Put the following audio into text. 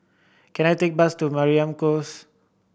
can I take a bus to Mariam Close